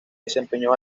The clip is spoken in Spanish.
desempeñó